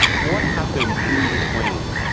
what happened in between?